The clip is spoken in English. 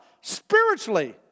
spiritually